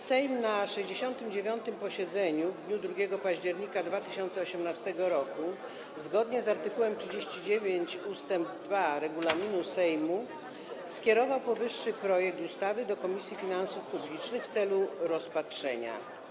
Sejm na 69. posiedzeniu w dniu 2 października 2018 r. zgodnie z art. 39 ust. 2 regulaminu Sejmu skierował powyższy projekt ustawy do Komisji Finansów Publicznych w celu rozpatrzenia.